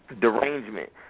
Derangement